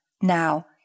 Now